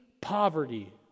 poverty